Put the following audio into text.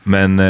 Men